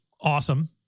Awesome